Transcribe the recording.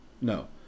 no